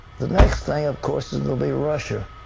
the next thing of course and will be russia.